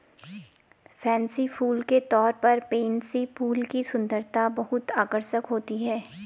fancy फूल के तौर पर पेनसी फूल की सुंदरता बहुत आकर्षक होती है